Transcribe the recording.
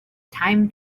time